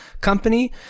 company